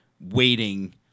waiting